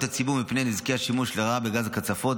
הציבור מפני נזקי השימוש לרעה בגז הקצפות,